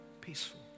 peaceful